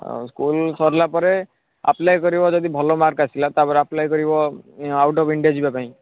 ଆଉ ସ୍କୁଲ୍ ସରିଲା ପରେ ଆପ୍ଳାଏ କରିବ ଯଦି ଭଲ ମାର୍କ ଆସିଲା ତାପରେ ଆପ୍ଲାଏ କରିବ ଆଉ ଆଉଟ୍ ଅଫ୍ ଇଣ୍ଡିଆ ଯିବା ପାଇଁ